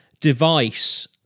device